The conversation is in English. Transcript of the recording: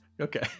Okay